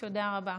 תודה רבה.